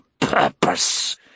purpose